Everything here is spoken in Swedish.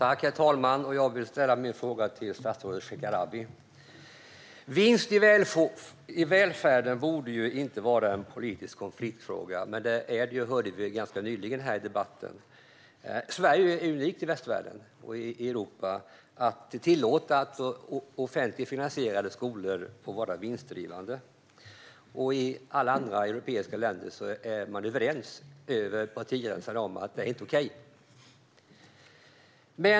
Herr talman! Jag vill ställa min fråga till statsrådet Shekarabi. Vinst i välfärden borde inte vara en politisk konfliktfråga, men det är den, hörde vi nyligen i debatten. Sverige är unikt i västvärlden och i Europa i fråga om att tillåta att offentligt finansierade skolor får vara vinstdrivande. I alla andra europeiska länder är man överens över partigränserna om att detta inte är okej.